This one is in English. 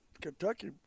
kentucky